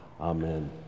Amen